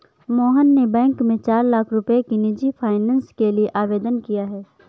मोहन ने बैंक में चार लाख रुपए की निजी फ़ाइनेंस के लिए आवेदन किया है